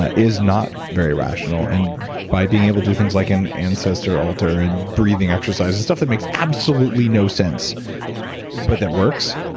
ah is not very rational. and by being able to do things like an ancestor altar and breathing exercises, stuff that makes absolutely no sense but that works,